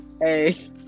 Hey